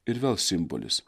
ir vėl simbolis